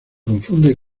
confunde